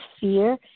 fear